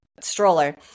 stroller